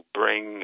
bring